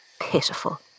pitiful